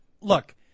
look